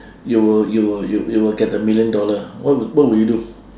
you will you will you you will get the million dollar what would what would you do